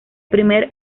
primer